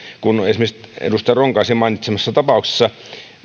kuin esimerkiksi edustaja ronkaisen mainitsemassa tapauksessa